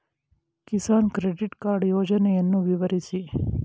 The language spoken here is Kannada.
ಕಿಸಾನ್ ಕ್ರೆಡಿಟ್ ಕಾರ್ಡ್ ಯೋಜನೆಯನ್ನು ವಿವರಿಸಿ?